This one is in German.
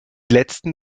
letzten